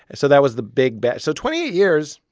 and so that was the big but so twenty eight years,